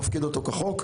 מפקיד אותו כחוק,